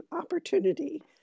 opportunity